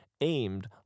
aimed